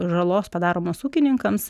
žalos padaromos ūkininkams